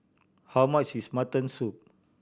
how much is mutton soup